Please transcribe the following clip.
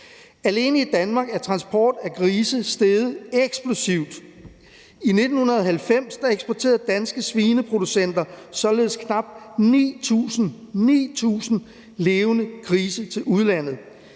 Alene i Danmark er transport af grise steget eksplosivt. I 1990 eksporterede danske svineproducenter således knap 9.000 – 9.000 – levende grise til udlandet,